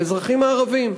האזרחים הערבים,